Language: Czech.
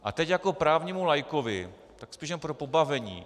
A teď jako právnímu laikovi, spíš jen pro pobavení.